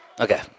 Okay